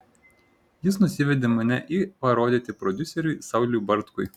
jis nusivedė mane į parodyti prodiuseriui sauliui bartkui